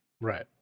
Right